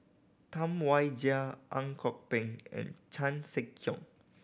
Tam Wai Jia Ang Kok Peng and Chan Sek Keong